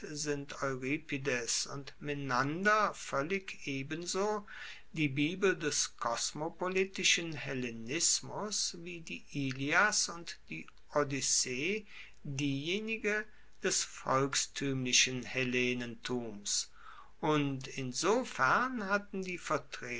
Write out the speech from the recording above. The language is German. sind euripides und menander voellig ebenso die bibel des kosmopolitischen hellenismus wie die ilias und die odyssee diejenige des volkstuemlichen hellenentums und insofern hatten die